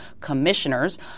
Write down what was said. commissioners